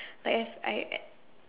life I I